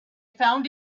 found